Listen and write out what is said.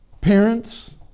Parents